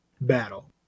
battle